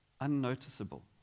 unnoticeable